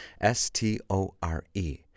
S-T-O-R-E